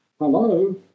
Hello